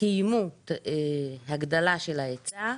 קיימו הגדלה של ההיצע.